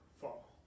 fall